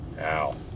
Ow